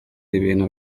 ibintu